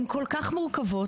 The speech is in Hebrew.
הם כל כך מורכבות,